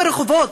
ברחובות,